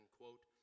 quote